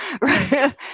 right